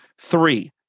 three